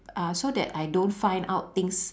uh so that I don't find out things